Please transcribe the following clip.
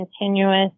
continuous